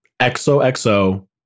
XOXO